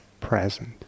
present